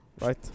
right